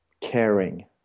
caring